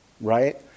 Right